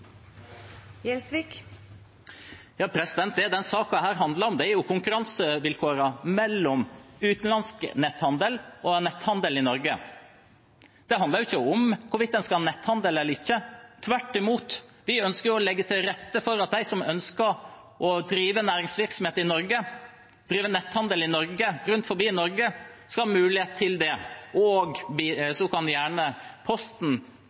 Det denne saken handler om, er jo konkurransevilkårene mellom utenlandsk netthandel og netthandel i Norge. Det handler ikke om hvorvidt en skal ha netthandel eller ikke. Tvert imot: Vi ønsker å legge til rette for at de som ønsker å drive næringsvirksomhet i Norge, drive netthandel rundt omkring i Norge, skal ha mulighet til det. Så kan gjerne Posten